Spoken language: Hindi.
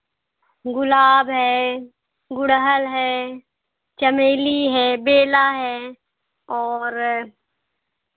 गुलाब है गुड़हल है चमेली है बेला है और